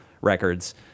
records